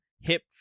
hip